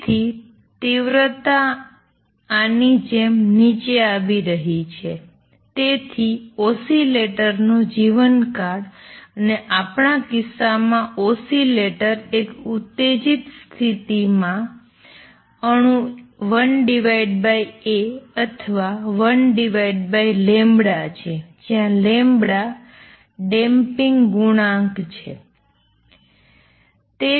તેથી તીવ્રતા આની જેમ નીચે આવી રહી છે તેથી ઓસિલેટર નો જીવનકાળ અને આપણાં કિસ્સામાં ઓસિલેટર એક ઉત્તેજિત સ્થિતિમાં અણુ 1 A અથવા 1γ છે જ્યાં ડેંપિંગ કોએફિસિએંટ છે